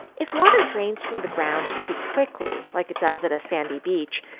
if water drains from the ground too quickly, like it does at a sandy beach,